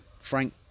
Frank